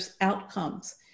outcomes